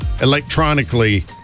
electronically